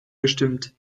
gestimmt